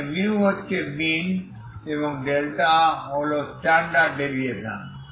যেখানে হচ্ছে মিন এবং σ হল স্ট্যান্ডার্ড ডেভিয়েশন